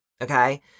Okay